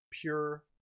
pure